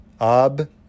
ab